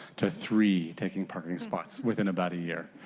to three taking parking spots within a but yeah